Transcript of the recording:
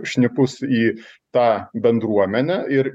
šnipus į tą bendruomenę ir